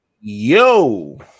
yo